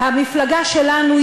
המפלגה שלנו,